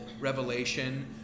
revelation